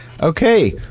Okay